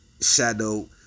shadow